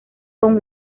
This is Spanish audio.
con